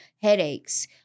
headaches